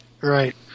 Right